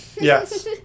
Yes